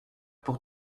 pour